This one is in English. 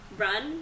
Run